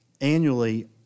annually